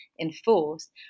enforced